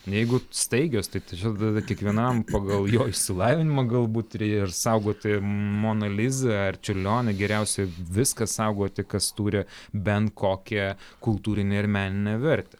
jeigu staigios tad čia tada kiekvienam pagal jo išsilavinimą galbūt turi ir saugoti moną lizą ar čiurlionį geriausia viską saugoti kas turi bent kokią kultūrinę ir meninę vertę